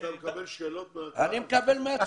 אתה מקבל שאלות מהצופים?